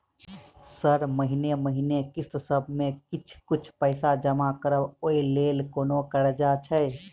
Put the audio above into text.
Sir महीने महीने किस्तसभ मे किछ कुछ पैसा जमा करब ओई लेल कोनो कर्जा छैय?